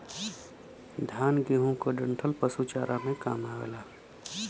धान, गेंहू क डंठल पशु चारा में काम आवेला